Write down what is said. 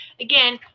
Again